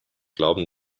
glauben